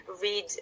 read